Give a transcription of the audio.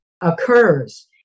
occurs